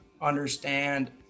understand